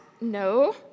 No